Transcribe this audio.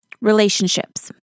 relationships